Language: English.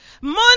Money